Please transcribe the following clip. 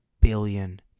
billion